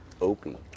Opie